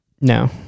No